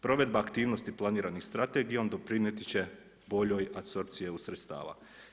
Provedba aktivnosti planiranih strategijom doprinijeti će boljoj apsorpciji EU sredstva.